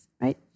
right